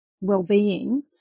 well-being